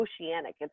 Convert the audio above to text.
oceanic